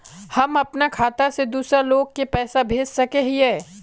हम अपना खाता से दूसरा लोग के पैसा भेज सके हिये?